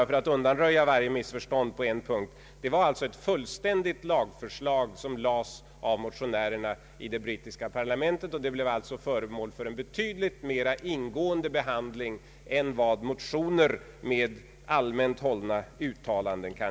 För att undanröja ett missförstånd på en punkt vill jag påpeka att det var ett fullständigt lagförslag som lades fram av motionärerna i det brittiska lamentet. Förslaget blev föremål för betydligt mera ingående behandling n vad som kan bli fallet med motioner om gör allmänt hållna uttalanden.